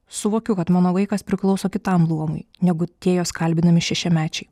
suvokiu kad mano vaikas priklauso kitam luomui negu tie jos kalbinami šešiamečiai